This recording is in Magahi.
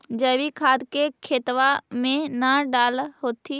जैवीक खाद के खेतबा मे न डाल होथिं?